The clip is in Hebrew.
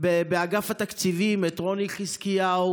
באגף התקציבים: את רוני חזקיהו,